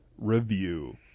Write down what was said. review